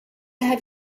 have